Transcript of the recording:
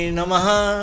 Namaha